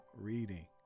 reading